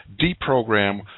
deprogram